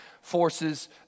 Forces